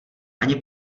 ani